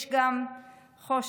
יש גם חושך,